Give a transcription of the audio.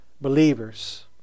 believers